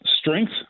strength